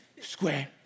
square